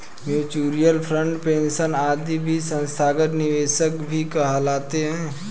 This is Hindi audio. म्यूचूअल फंड, पेंशन आदि भी संस्थागत निवेशक ही कहलाते हैं